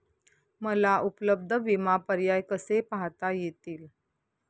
मला उपलब्ध विमा पर्याय कसे पाहता येतील?